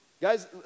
Guys